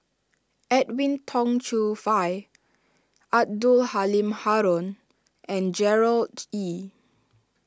Edwin Tong Chun Fai Abdul Halim Haron and Gerard Ee